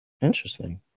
Interesting